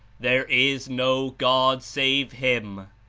there is no god save him!